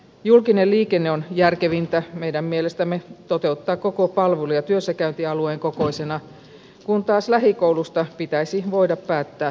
julkinen liikenne on järkevintä meidän mielestämme toteuttaa koko palvelu ja työssäkäyntialueen kokoisena kun taas lähikoulusta pitäisi voida päättää kaupunginosassa